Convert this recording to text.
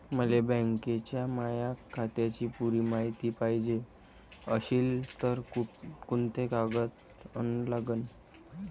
मले बँकेच्या माया खात्याची पुरी मायती पायजे अशील तर कुंते कागद अन लागन?